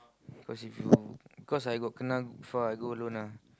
cause if you cause I got kena before I go alone ah